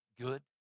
good